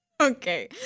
okay